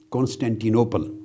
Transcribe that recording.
Constantinople